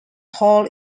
hall